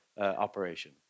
operation